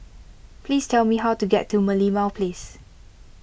please tell me how to get to Merlimau Place